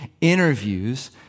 interviews